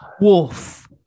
Wolf